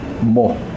more